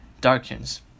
darkens